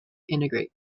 integrate